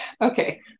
okay